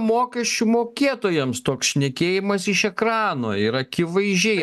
mokesčių mokėtojams toks šnekėjimas iš ekrano ir akivaizdžiai